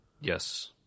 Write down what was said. Yes